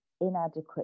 inadequate